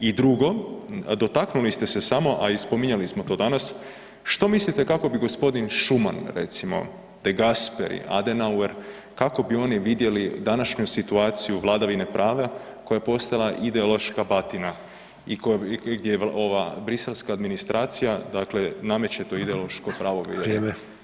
I drugo, dotaknuli ste se samo, a i spominjali smo to danas, što mislite kako bi gospodin Schuman recimo, De Gasperi, Adenauer kako bi oni vidjeli današnju situaciju vladavine prava koja je postala ideološka batina i gdje briselska administracija, dakle nameće to ideološko pravo vrijeme.